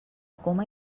coma